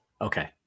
Okay